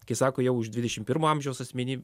kai sako jau už dvidešim pirmo amžiaus asmeny